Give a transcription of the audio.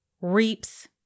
reaps